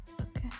Okay